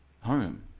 home